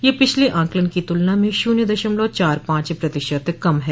यह पिछले आकलन की तुलना में शून्य दशमलव चार पांच प्रतिशत कम है